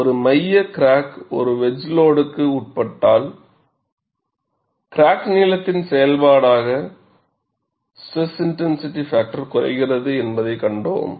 ஒரு மைய கிராக் ஒரு வெட்ஜ் லோடுக்கு உட்பட்டால் கிராக் நீளத்தின் செயல்பாடாக SIF குறைகிறது என்பதைக் கண்டோம்